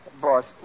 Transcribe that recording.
Boss